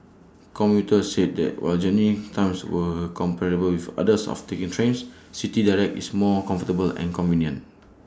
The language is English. commuters said that while journey times were comparable with those of taking trains City Direct is more comfortable and convenient